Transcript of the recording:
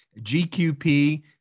GQP